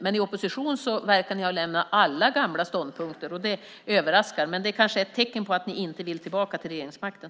I opposition verkar ni ha lämnat alla gamla ståndpunkter. Det överraskar mig. Men det kanske är ett tecken på att ni inte vill tillbaka till regeringsmakten.